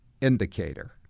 indicator